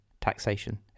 taxation